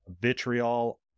vitriol